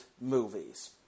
movies